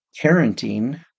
parenting